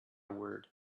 word